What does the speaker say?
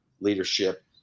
leadership